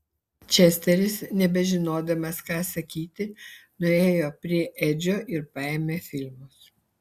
česteris nebežinodamas ką sakyti nuėjo prie edžio ir paėmė filmus